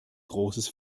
großes